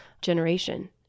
generation